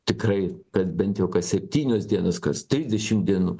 tikrai kad bent jau kas septynios dienos kas trisdešim dienų